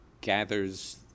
gathers